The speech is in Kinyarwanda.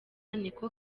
niko